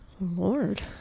Lord